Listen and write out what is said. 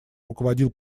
руководил